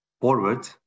forward